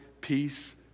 peace